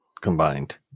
combined